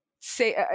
Say